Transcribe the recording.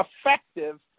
effective